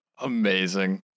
Amazing